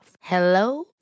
Hello